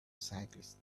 cyclists